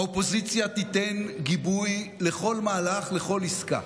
האופוזיציה תיתן גיבוי לכל מהלך, לכל עסקה.